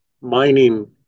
mining